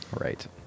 Right